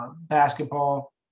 basketball